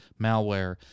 malware